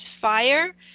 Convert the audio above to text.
fire